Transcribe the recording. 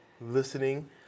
Listening